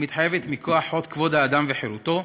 המתחייבת מכוח חוק כבוד האדם וחירותו,